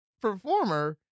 performer